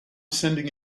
sending